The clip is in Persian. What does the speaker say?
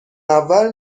منور